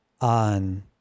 on